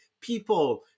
people